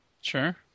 Sure